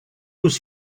was